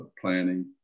planning